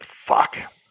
fuck